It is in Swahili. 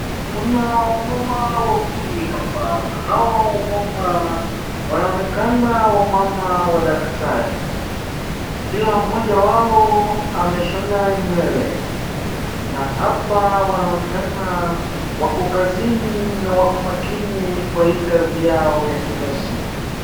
Kuna wamama wawili hapa, na hawa wamama wanaonekana wamama wadaktari kila mmoja wao ameshona nywele na hapa wanaonekana wako kazini na wako mwkini kwa hii kazi yao ya kila siku.